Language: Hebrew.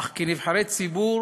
אך כנבחרי ציבור